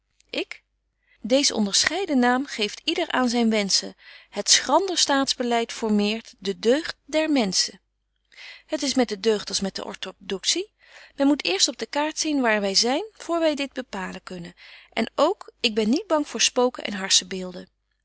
ik dees onderscheiden naam geeft yder aan zyn wenschen het schrander staats beleid formeert de deugd der menschen het is met de deugd als met de ortodoxie men moet eerst op de kaart zien waar wy zyn voor wy dit bepalen kunnen en ook ik ben niet bang voor spoken en